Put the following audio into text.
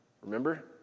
Remember